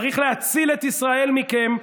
צריך להציל את ישראל מכם,